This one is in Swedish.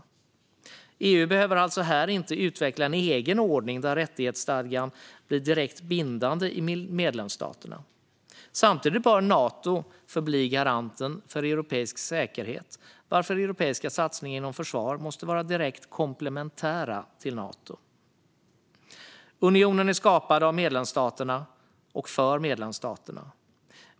Här behöver EU alltså inte utveckla en egen ordning där rättighetsstadgan blir direkt bindande i medlemsstaterna. Samtidigt bör Nato förbli garanten för europeisk säkerhet, varför europeiska satsningar inom försvar måste vara direkt komplementära till Natos. Unionen är skapad av och för medlemsstaterna.